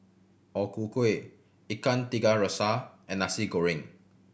O Ku Kueh Ikan Tiga Rasa and Nasi Goreng